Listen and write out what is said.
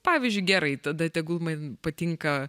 pavyzdžiui gerai tada tegul man patinka